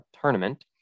tournament